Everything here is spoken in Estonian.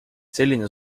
selline